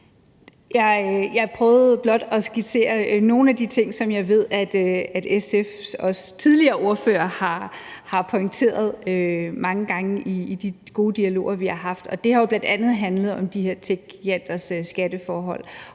blot at skitsere nogle af de ting, som jeg ved at også SF's tidligere ordførere har pointeret mange gange i de gode dialoger, vi har haft. Det har jo bl.a. handlet om de her techgiganters skatteforhold.